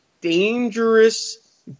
dangerous